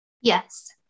Yes